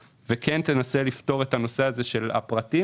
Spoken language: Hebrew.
ותנסה לפתור את נושא הפרטים,